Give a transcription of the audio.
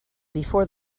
before